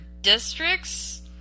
districts